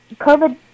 COVID